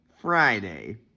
Friday